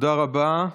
תודה רבה.